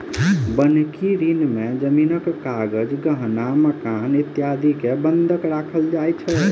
बन्हकी ऋण में जमीनक कागज, गहना, मकान इत्यादि के बन्हक राखल जाय छै